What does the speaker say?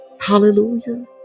hallelujah